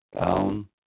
down